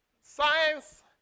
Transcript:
Science